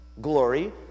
glory